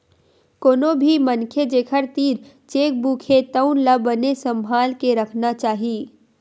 कोनो भी मनखे जेखर तीर चेकबूक हे तउन ला बने सम्हाल के राखना चाही